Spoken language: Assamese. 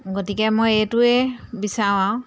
গতিকে মই এইটোৱে বিচাৰো আৰু